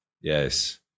Yes